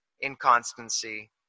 inconstancy